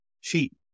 sheep